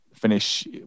finish